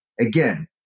again